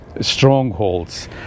strongholds